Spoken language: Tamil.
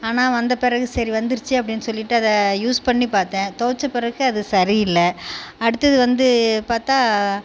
ஆனால் வந்த பிறகு சரி வந்துடுச்சே அப்படின்னு சொல்லிட்டு அதை யூஸ் பண்ணி பார்த்தேன் துவச்ச பிறகு அது சரியில்லை அடுத்தது வந்து பார்த்தா